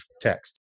text